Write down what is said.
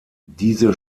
diese